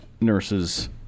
nurses